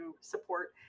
support